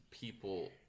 people